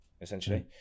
essentially